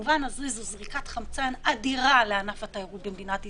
ובמובן הזה זו זריקת חמצן אדירה לענף התיירות במדינת ישראל,